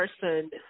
person